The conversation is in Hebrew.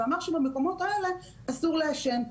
ואמר שבמקומות האלה אסור לעשן.